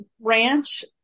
Ranch